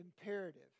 imperative